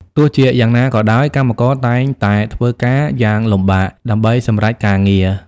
ទោះជាយ៉ាងណាក៏ដោយ កម្មករតែងតែធ្វើការយ៉ាងលំបាកដើម្បីសម្រេចការងារ។